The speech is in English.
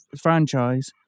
franchise